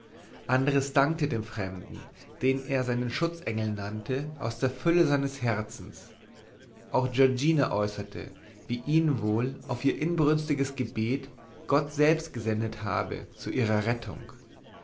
andres dankte dem fremden den er seinen schutzengel nannte aus der fülle seines herzens auch giorgina äußerte wie ihn wohl auf ihr inbrünstiges gebet gott selbst gesendet habe zu ihrer rettung